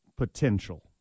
potential